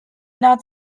not